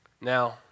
Now